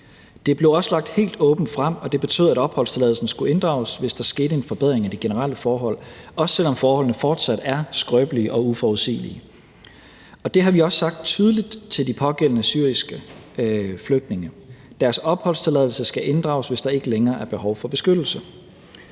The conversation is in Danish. Det blev også lagt helt åbent frem, og det betød, at opholdstilladelsen skulle inddrages, hvis der skete en forbedring af de generelle forhold, også selv om forholdene fortsat er skrøbelige og uforudsigelige, og det har vi også sagt tydeligt til de pågældende syriske flygtninge. Deres opholdstilladelse skal inddrages, hvis der ikke længere er et behov for beskyttelse.